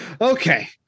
Okay